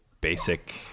basic